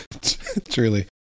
Truly